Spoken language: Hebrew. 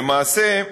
למעשה,